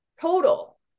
total